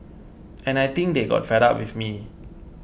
and I think they got fed up with me